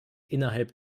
innerhalb